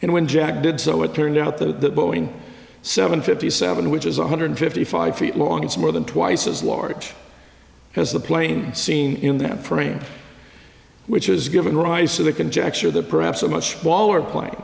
and when jack did so it turned out the boeing seven fifty seven which is one hundred fifty five feet long it's more than twice as large as the plane seen in that frame which is giving rise to the conjecture that perhaps a much smaller plane